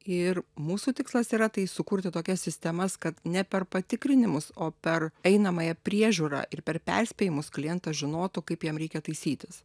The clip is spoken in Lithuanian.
ir mūsų tikslas yra tai sukurti tokias sistemas kad ne per patikrinimus o per einamąją priežiūrą ir per perspėjimus klientas žinotų kaip jam reikia taisytis